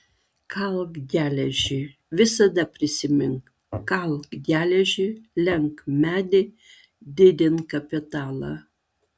kalk geležį visada prisimink kalk geležį lenk medį didink kapitalą